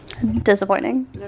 Disappointing